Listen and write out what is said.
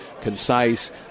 concise